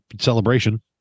celebration